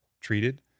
treated